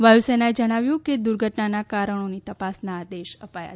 વાયુસેનાએ જણાવ્યું કે દુર્ધટનાના કારણોની તપાસના આદેશ અપાયા છે